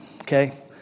okay